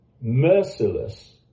merciless